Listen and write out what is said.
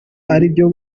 aribyo